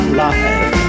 life